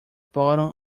bottom